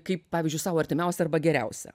kaip pavyzdžiui sau artimiausią arba geriausią